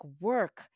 work